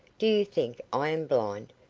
do you think i am blind?